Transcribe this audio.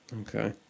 Okay